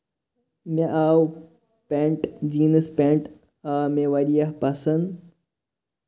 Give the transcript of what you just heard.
مےٚ آو pant jeans pant آو مےٚ واریاہ پَسند